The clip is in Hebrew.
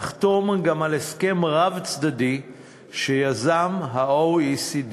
לחתום גם על הסכם רב-צדדי שיזם ה-OECD